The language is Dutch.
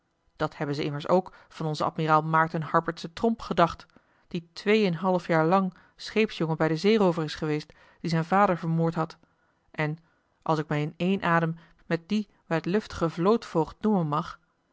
dat hebben ze immers ook van onzen admiraal maerten harpertse tromp gedacht die twee en een half jaar lang scheepsjongen bij den zeeroover is geweest die zijn vader vermoord had en als ik mij in één adem met dien wijdluftigen vlootvoogd noemen mag